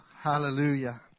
Hallelujah